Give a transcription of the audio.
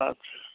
अच्छा